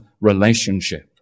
relationship